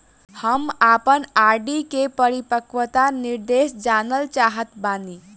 हम आपन आर.डी के परिपक्वता निर्देश जानल चाहत बानी